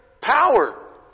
power